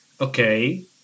Okay